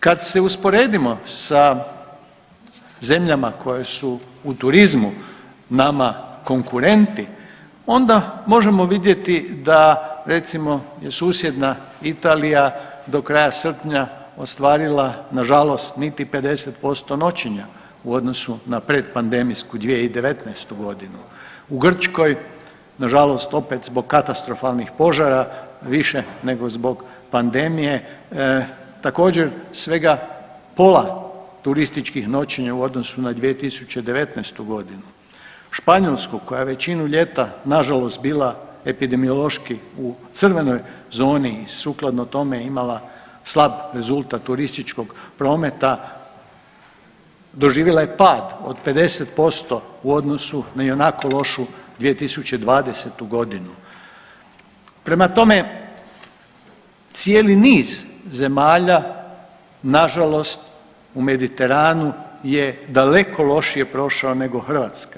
Kad se usporedimo sa zemljama koje su u turizmu nama konkurenti onda možemo vidjeti da je recimo susjedna Italija do kraja srpnja ostvarila nažalost niti 50% noćenja u odnosu na pretpandemijsku 2019. godinu, u Grčkoj nažalost opet zbog katastrofalnih požara više nego zbog pandemije također svega pola turističkih noćenja u odnosu na 2019.g. Španjolsku koja većinu ljeta nažalost bila epidemiološki u crvenoj zoni i sukladno tome imala slab rezultat turističkog prometa doživjela je pad od 50% u odnosu na i onako lošu 2020.g. Prema tome, cijeli niz zemalja nažalost u Mediteranu je daleko lošije prošao nego Hrvatska.